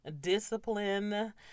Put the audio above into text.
discipline